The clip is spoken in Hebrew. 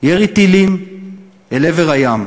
ירי טילים אל עבר הים,